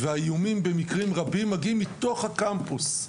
והאיומים במקרים רבים מגיעים מתוך הקמפוס.